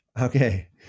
Okay